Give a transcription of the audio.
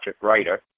Writer